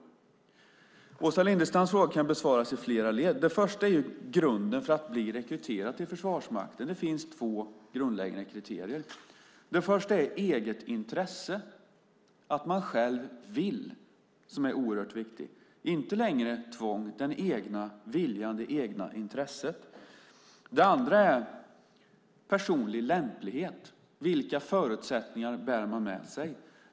Åsa Lindestams fråga kan besvaras i flera led. Det första är grunden för att bli rekryterad till Försvarsmakten. Det finns två grundläggande kriterier. Det första är eget intresse - att man själv vill. Det är oerhört viktigt. Det handlar inte längre om tvång utan om den egna viljan och det egna intresset. Det andra är personlig lämplighet. Vilka förutsättningar bär man med sig?